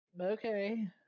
Okay